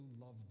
loved